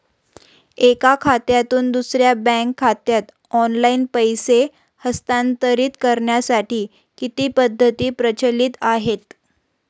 एका खात्यातून दुसऱ्या बँक खात्यात ऑनलाइन पैसे हस्तांतरित करण्यासाठी किती पद्धती प्रचलित आहेत?